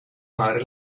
madre